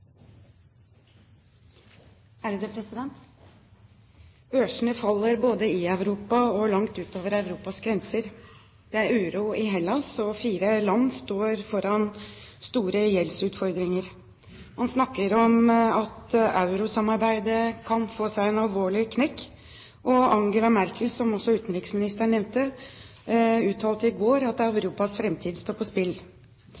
faller både i Europa og langt utover Europas grenser. Det er uro i Hellas, og fire land står foran store gjeldsutfordringer. Man snakker om at eurosamarbeidet kan få seg en alvorlig knekk, og Angela Merkel, som også utenriksministeren nevnte, uttalte i går at